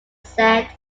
said